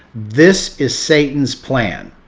this is satan's plan.